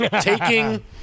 taking